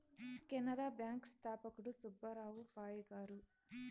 Canara bank స్థాపకుడు సుబ్బారావు పాయ్ గారు